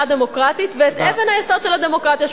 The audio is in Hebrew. דמוקרטית ואת אבן היסוד של הדמוקרטיה,